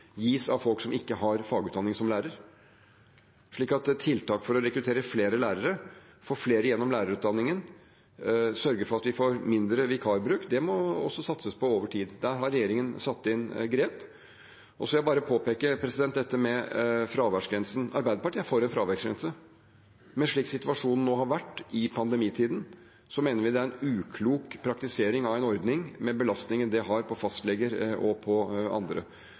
gis av folk som ikke har fagutdanning som lærer, slik at tiltak for å rekruttere flere lærere, få flere gjennom lærerutdanningen og sørge for at vi får mindre vikarbruk, må også satses på over tid. Der har regjeringen satt inn grep. Så vil jeg bare påpeke dette med fraværsgrensen. Arbeiderpartiet er for en fraværsgrense, men slik situasjonen nå har vært, i pandemitiden, mener vi det er en uklok praktisering av en ordning, med belastningen det er for fastleger og for andre.